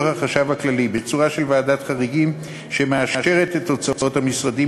החשב הכללי בצורה של ועדת חריגים שמאשרת את הוצאות המשרדים,